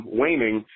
waning